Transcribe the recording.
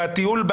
בטיול,